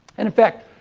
and in fact,